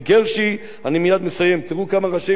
תראו כמה ראשי מועצות וראשי ערים יש לנו ביש"ע.